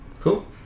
cool